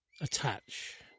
attach